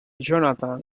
jonathan